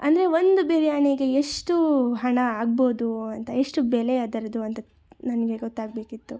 ಅಂದರೆ ಒಂದು ಬಿರಿಯಾನಿಗೆ ಎಷ್ಟು ಹಣ ಆಗ್ಬೋದು ಅಂತ ಎಷ್ಟು ಬೆಲೆ ಅದರದ್ದು ಅಂತ ನನಗೆ ಗೊತ್ತಾಗಬೇಕಿತ್ತು